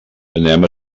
anem